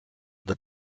the